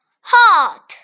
hot